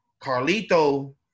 Carlito